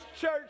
church